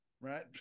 right